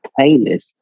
playlist